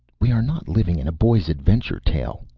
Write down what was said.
we are not living in a boy's adventure tale,